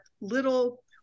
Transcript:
little